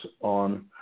on